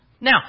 Now